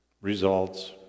results